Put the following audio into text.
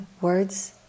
words